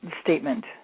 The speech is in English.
statement